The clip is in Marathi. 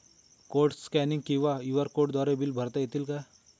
कोड स्कॅनिंग किंवा क्यू.आर द्वारे बिल भरता येते का?